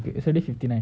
it's already fifty nine